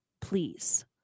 please